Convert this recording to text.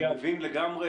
אני מבין לגמרי.